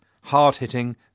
hard-hitting